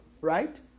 right